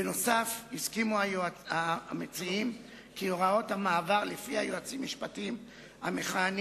בנוסף הסכימו המציעים כי הוראת המעבר שלפיה היועצים המשפטיים המכהנים